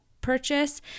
purchase